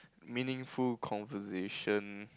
meaningful conversation